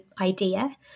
idea